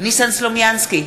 ניסן סלומינסקי,